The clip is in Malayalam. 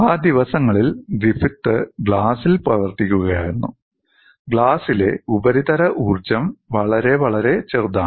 ആ ദിവസങ്ങളിൽ ഗ്രിഫിത്ത് ഗ്ലാസിൽ പ്രവർത്തിക്കുകയായിരുന്നു ഗ്ലാസിലെ ഉപരിതല ഊർജ്ജം വളരെ വളരെ ചെറുതാണ്